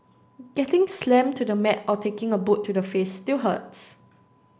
getting slammed to the mat or taking a boot to the face still hurts